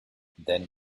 then